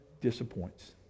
disappoints